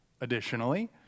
Additionally